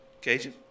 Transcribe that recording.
Cajun